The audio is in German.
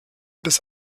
des